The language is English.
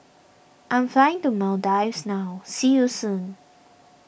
I am flying to Maldives now see you soon